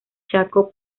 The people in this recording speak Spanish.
chaco